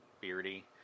beardy